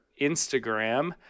Instagram